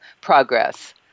progress